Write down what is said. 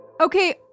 Okay